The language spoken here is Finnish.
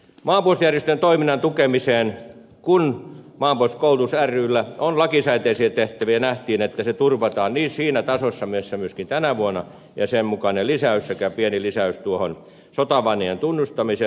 maanpuolustusjärjestöjen toiminnan tukemiseen kun maanpuolustuskoulutus ryllä on lakisääteisiä tehtäviä nähtiin että se turvataan siinä tasossa kuin myöskin tänä vuonna tuli sen mukainen lisäys sekä pieni lisäys tuohon sotavainajien tunnistamiseen